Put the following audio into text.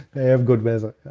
they have good weather.